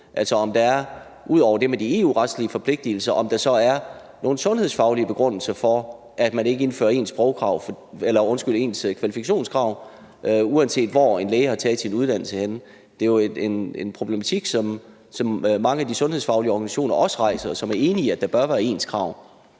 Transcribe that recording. altså om der ud over det med de EU-retlige forpligtelser er nogle sundhedsfaglige begrundelser for, at man ikke indfører ens kvalifikationskrav, uanset hvor en læge har taget sin uddannelse henne. Det er jo en problematik, som mange af de sundhedsfaglige organisationer også rejser, og de er enige om, at der bør være ens krav.